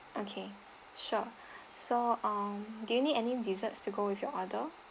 okay sure so um do you need any desserts to go with your order